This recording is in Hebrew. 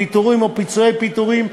פיטורים או פיצויי פיטורים,